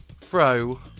throw